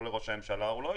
לא לראש הממשלה ולא לחבר כנסת.